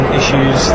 issues